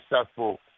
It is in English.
successful